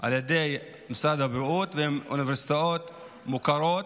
על ידי משרד הבריאות והן אוניברסיטאות מוכרות.